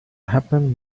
happened